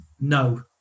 no